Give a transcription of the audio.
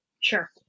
Sure